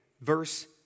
Verse